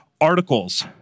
articles